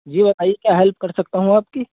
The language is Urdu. جی بتائیے کیا ہیلپ کر سکتا ہوں آپ کی